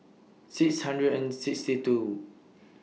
six hundred and sixty two